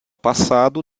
passado